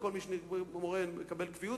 וכל מי שהוא מורה מקבל קביעות,